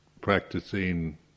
practicing